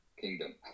kingdom